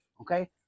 Okay